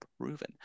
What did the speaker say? proven